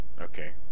Okay